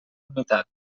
unitat